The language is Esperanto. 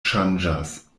ŝanĝas